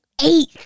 eight